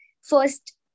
first